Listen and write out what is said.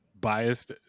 biased